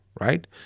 right